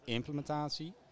implementatie